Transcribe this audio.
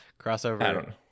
crossover